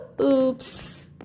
Oops